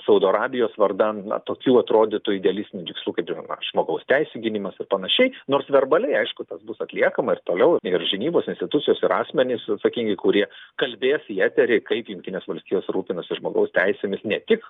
saudo arabijos vardan tokių atrodytų idealistinių tikslų kaip ir na žmogaus teisių gynimas ir panašiai nors verbaliai aišku tas bus atliekama ir toliau ir žinybos institucijos ir asmenys atsakingi kurie kalbės į eterį kaip jungtinės valstijos rūpinasi žmogaus teisėmis ne tik